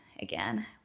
again